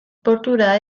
portura